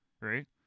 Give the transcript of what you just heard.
right